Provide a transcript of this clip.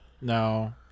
No